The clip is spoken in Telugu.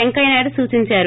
పెంకయ్యనాయుడు సూచించారు